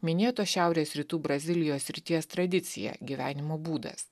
minėta šiaurės rytų brazilijos srities tradicija gyvenimo būdas